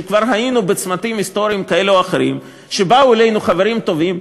שכבר היינו בצמתים היסטוריים כאלה או אחרים שבהם באו אלינו חברים טובים,